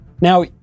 now